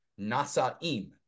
Nasa'im